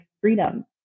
freedom